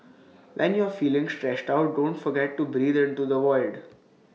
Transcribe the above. when you are feeling stressed out don't forget to breathe into the void